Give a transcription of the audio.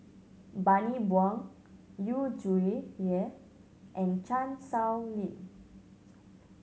Bani Buang Yu Zhuye and Chan Sow Lin